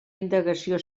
indagació